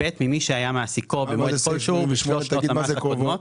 ממי שהיה מעסיקו במועד כלשהו בשלוש שנות המס הקודמות,